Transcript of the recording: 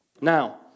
Now